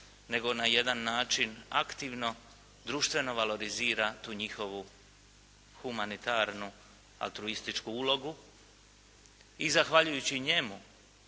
nego na jedan način aktivno društveno valorizira tu njihovu humanitarnu, altruističku ulogu. I zahvaljujući njemu